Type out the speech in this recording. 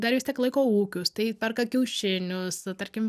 dar vis tiek laiko ūkius tai perka kiaušinius tarkim